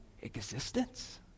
existence